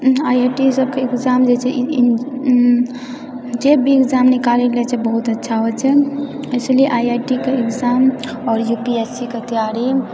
I I T सबके exam जे छै ई जे भी एग्जाम निकालै लऽ जछै बहुत अच्छा होइत छै इसलिए आइआइटीके एग्जाम आओर यूपीएससीके तैयारी